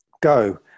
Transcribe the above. Go